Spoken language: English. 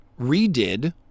redid